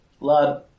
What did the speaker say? Lad